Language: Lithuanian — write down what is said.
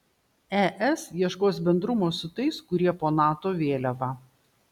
es ieškos bendrumo su tais kurie po nato vėliava